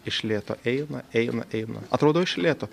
iš lėto eina eina eina atrodo iš lėto